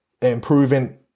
improving